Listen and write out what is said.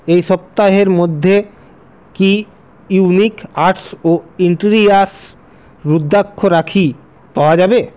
এই সপ্তাহের মধ্যে কি ইউনিক আর্টস ও ইন্টিরিয়ারস রুদ্রাক্ষ রাখি পাওয়া যাবে